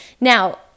Now